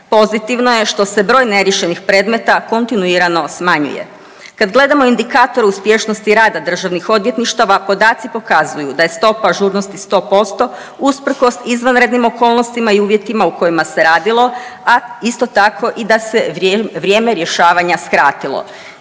Pozitivno je što se broj neriješenih predmeta kontinuirano smanjuje. Kad gledamo indikatore uspješnosti rada državnih odvjetništava, podaci pokazuju da je stopa ažurnosti 100% usprkos izvanrednim okolnostima i uvjetima u kojima se radilo, a isto tako, i da se vrijeme rješavanja skratilo.